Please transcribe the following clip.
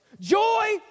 Joy